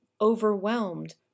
overwhelmed